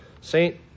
Saint